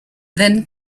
then